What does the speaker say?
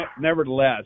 nevertheless